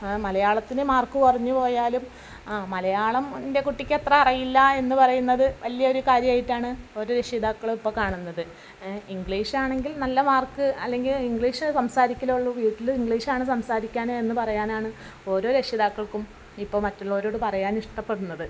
മലയാളത്തിന് മാർക്ക് കുറഞ്ഞ് പോയാലും ആ മലയാളം എൻ്റെ കുട്ടിക്കത്ര അറിയില്ല എന്ന് പറയുന്നത് വലിയൊരു കാര്യമായിട്ടാണ് ഓരോ രക്ഷിതാക്കളും ഇപ്പം കാണുന്നത് എ ഇംഗ്ലീഷ് ആണെങ്കിൽ നല്ല മാർക്ക് അല്ലെങ്കിൽ ഇംഗ്ലീഷ് സംസാരിക്കൽ ഉള്ളു വീട്ടില് ഇംഗ്ലീഷാണ് സംസാരിക്കാന് എന്ന് പറയാനാണ് ഓരോ രക്ഷിതാക്കൾക്കും ഇപ്പോൾ മറ്റുള്ളവരോട് പറയാനിഷ്ടപ്പെടുന്നത്